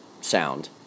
sound